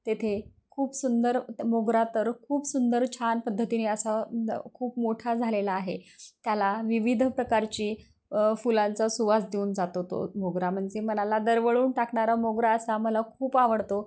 तेथे खूप सुंदर मोगरा तर खूप सुंदर छान पद्धतीने असा खूप मोठा झालेला आहे त्याला विविध प्रकारची फुलांचा सुवास देऊन जातो तो मोगरा म्हणजे मनाला दरवळून टाकणारा मोगरा असा मला खूप आवडतो